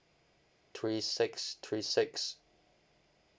three six three six